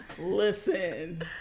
Listen